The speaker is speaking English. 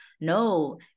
No